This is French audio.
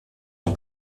son